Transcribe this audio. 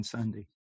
Sunday